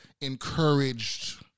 encouraged